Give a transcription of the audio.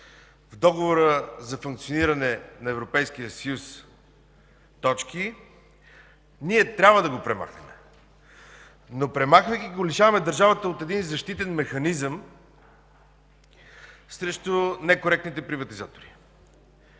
в Договора за функциониране на Европейския съюз точки, ние трябва да го премахнем. Но, премахвайки го, лишаваме държавата от един защитен механизъм срещу некоректните приватизатори.